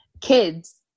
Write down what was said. kids